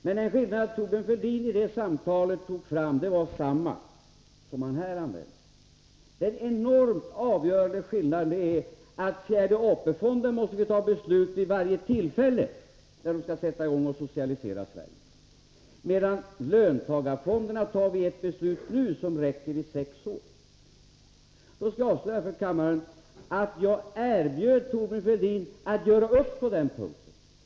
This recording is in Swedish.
Men den skillnad mellan de två fonderna som Thorbjörn Fälldin tog upp i det nämnda samtalet var densamma som han pekade på nu. Den enormt avgörande skillnaden är alltså att fjärde AP fonden måste bli föremål för beslut vid varje tillfälle som Sverige skall socialiseras, medan ett löntagarfondsbeslut nu räcker i sex år! Då kan jag avslöja för kammaren att jag erbjöd Thorbjörn Fälldin en uppgörelse på den punkten.